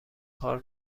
کار